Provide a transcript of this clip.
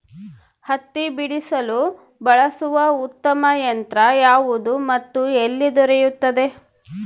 ಹತ್ತಿ ಬಿಡಿಸಲು ಬಳಸುವ ಉತ್ತಮ ಯಂತ್ರ ಯಾವುದು ಮತ್ತು ಎಲ್ಲಿ ದೊರೆಯುತ್ತದೆ?